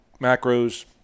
Macros